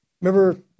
Remember